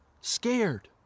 scared